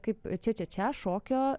kaip čiačiačia šokio